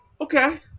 Okay